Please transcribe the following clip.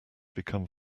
become